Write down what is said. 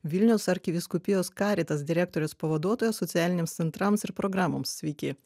vilniaus arkivyskupijos caritas direktoriaus pavaduotoja socialiniams centrams ir programoms sveiki